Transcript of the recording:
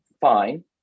fine